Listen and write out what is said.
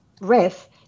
ref